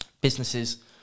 businesses